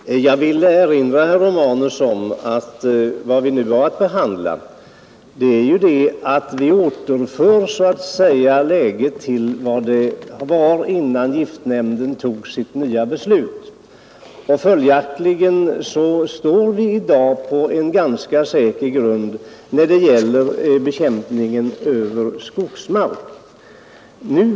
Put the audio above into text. Herr talman! Jag vill erinra herr Romanus om att genom den fråga som vi nu behandlar återför vi läget till vad det var innan giftnämnden tog sitt nya beslut. Följaktligen står vi i dag på en ganska säker grund, när det gäller riskerna vid bekämpning över skogsmark.